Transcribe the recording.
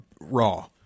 raw